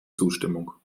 zustimmung